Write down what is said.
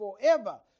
forever